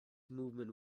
movement